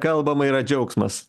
kalbama yra džiaugsmas